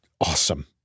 awesome